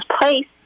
place